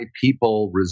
people